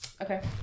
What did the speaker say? okay